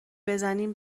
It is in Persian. بزنیم